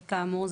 וכאמור,